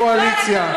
הקואליציה.